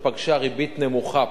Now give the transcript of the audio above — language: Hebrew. שפגש ריבית נמוכה,